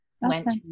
went